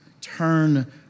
turn